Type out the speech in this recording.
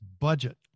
budget